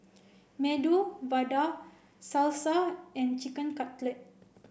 Medu Vada Salsa and Chicken Cutlet